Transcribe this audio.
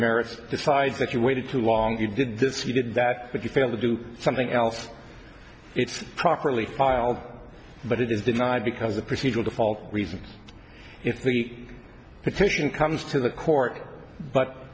merits decides that you waited too long you did this he did that but you failed to do something else it's properly filed but it is denied because of procedural default reasons if the petition comes to the court but